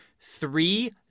Three